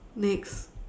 next